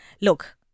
look